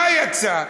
מה יצא?